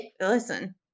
Listen